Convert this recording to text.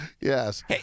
Yes